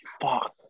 Fuck